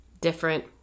different